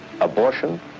abortion